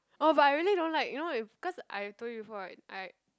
oh but I really don't like you know if cause I told you before right I